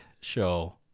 show